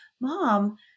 mom